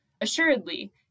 Assuredly